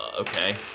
Okay